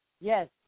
Yes